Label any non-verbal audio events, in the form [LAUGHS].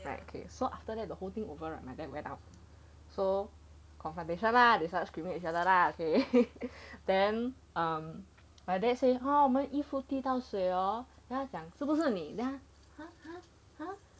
right okay so after that the whole thing over right my dad went up so confrontation lah they start screaming at each another lah okay [LAUGHS] then um my dad say hor 我们衣服滴到水 hor 他讲是不是你 then 他 !huh! !huh! !huh!